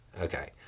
Okay